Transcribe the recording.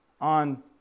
on